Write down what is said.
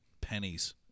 pennies